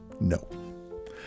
No